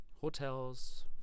hotels